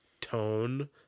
tone